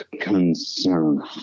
concern